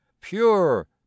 Pure